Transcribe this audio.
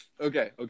Okay